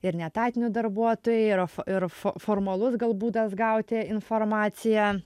ir neetatinių darbuotojų ir ir formalus gal būdas gauti informaciją